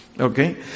okay